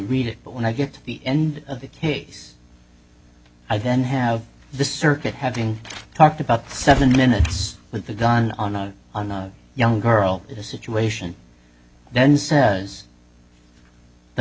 read it but when i get to the end of the case i then have the circuit having talked about seven minutes with the done on a young girl in a situation then says the